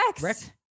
Rex